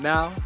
Now